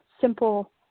simple